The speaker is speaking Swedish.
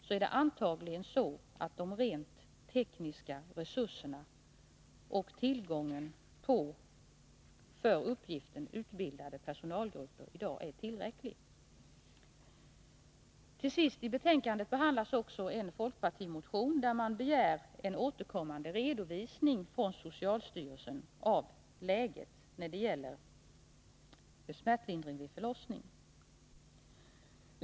I dag är antagligen tillgången på såväl de rent tekniska resurserna som för uppgiften utbildade personalgrupper tillräcklig. Till sist behandlas i betänkandet också en folkpartimotion, där det begärs en återkommande redovisning från socialstyrelsen av läget när det gäller smärtlindring vid förlossning.